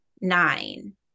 nine